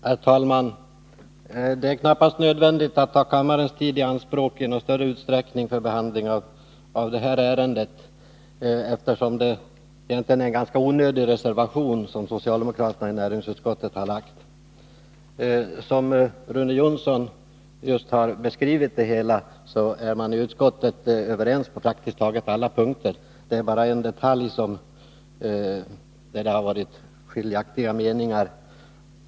Herr talman! Det är knappast nödvändigt att ta kammarens tid i anspråk i någon större utsträckning för behandling av detta ärende. Socialdemokraterna i näringsutskottet har egentligen skrivit en ganska onödig reservation. Som Rune Jonsson nyss sade har man i utskottet varit överens på praktiskt taget alla punkter. Bara i fråga om en detalj har det rått skiljaktiga meningar.